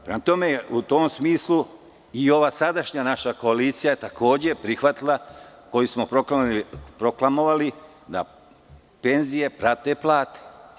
Prema tome, u tom smislu, i sadašnja koalicija takođe je prihvatila, koju smo proklamovali, da penzije prate plate.